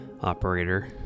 operator